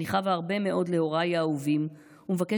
אני חבה הרבה מאוד להוריי האהובים ומבקשת